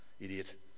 idiot